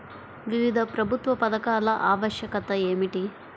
వివిధ ప్రభుత్వా పథకాల ఆవశ్యకత ఏమిటి?